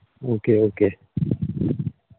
okay okay